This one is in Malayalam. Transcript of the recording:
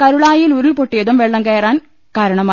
കരുളായിയിൽ ഉരുൾപൊട്ടിയതും വെള്ളം ഉയരാൻ കാരണമായി